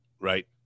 Right